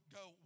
go